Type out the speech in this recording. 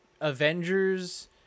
Avengers